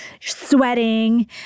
sweating